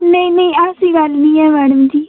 नेईं नेईं ऐसी गल्ल निं ऐ मैडम जी